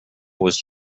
was